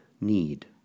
need